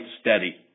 steady